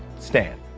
stan.